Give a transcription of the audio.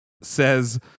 says